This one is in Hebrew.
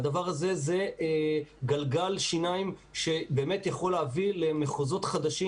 והדבר הזה הוא גלגל שיניים שבאמת יכול להביא למחוזות חדשים,